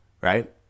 right